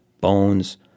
bones